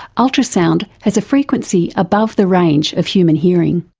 ultrasound has a frequency above the range of human hearing.